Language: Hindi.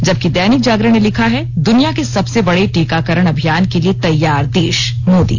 जबकि दैनिक जागरण ने लिखा है दुनिया के सबसे बड़े टीकाकरण अभियान के लिए तैयार देश मोदी